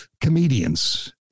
comedians